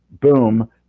boom